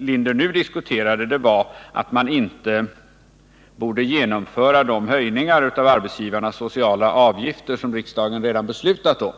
Linder nu diskuterar är att man inte borde genomföra de höjningar av arbetsgivarnas sociala avgifter som riksdagen redan beslutat om.